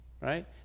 right